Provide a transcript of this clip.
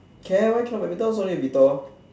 can why cannot also need be tall